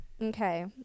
Okay